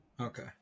Okay